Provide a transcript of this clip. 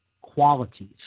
qualities